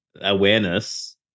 awareness